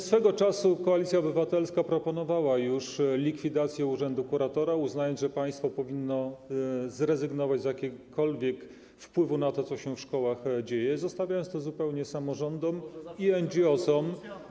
Swego czasu Koalicja Obywatelska proponowała już likwidację urzędu kuratora, uznając, że państwo powinno zrezygnować z jakiegokolwiek wpływu na to, co się w szkołach dzieje, i przekazać to zupełnie samorządom i NGOs.